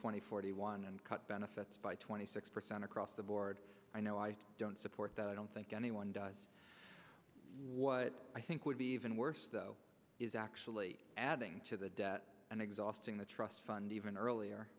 and forty one and cut benefits by twenty six percent across the board i know i don't support that i don't think anyone does what i think would be even worse though is actually adding to the debt and exhausting the trust fund even earlier